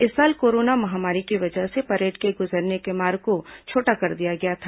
इस साल कोरोना महामारी की वजह से परेड के गुजरने के मार्ग को छोटा कर दिया गया था